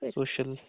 social